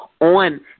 on